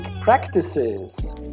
practices